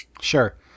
Sure